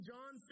John